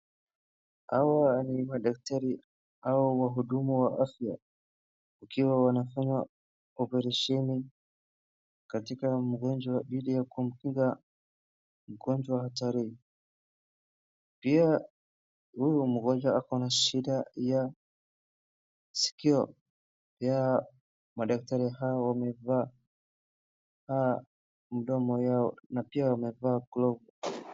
Hawa ni madaktari au wahudumu wa afya wakiwa wanafanya oparesheni katika mgonjwa ili yakuambukiza mgonjwa hatarini. Pia huyu mgonjwa ako na shida ya sikio, pia madaktari hao wamevaa mdomo yao na pia wamevaa glovu.